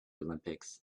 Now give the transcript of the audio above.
olympics